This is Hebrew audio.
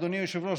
אדוני היושב-ראש,